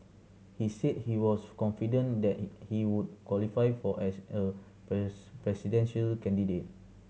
he said he was confident that he would qualify for as a presidential candidate